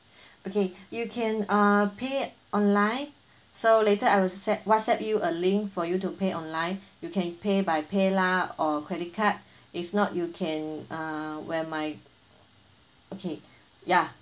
okay you can uh pay online so later I will se~ whatsapp you a link for you to pay online you can pay by paylah or credit card if not you can uh where my okay ya